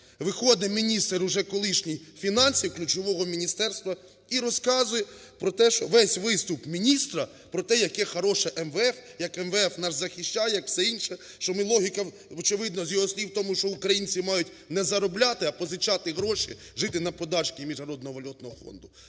Виходить міністр уже колишній фінансовий ключового міністерства і розказує про те, що весь виступ міністра про те, яке хороше МВФ, як МВФ нас захищає, як все інше, що ми… логіка очевидна з його слів в тому, що українці мають не заробляти, а позичати гроші, жити на подачки Міжнародного валютного фонду.